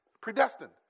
predestined